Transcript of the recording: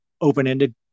open-ended